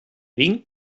wink